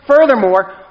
Furthermore